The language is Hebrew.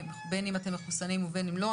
בין אם אתם מחוסנים ובין אם לא.